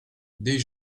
des